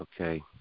Okay